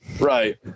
Right